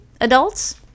adults